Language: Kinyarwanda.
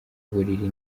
buriri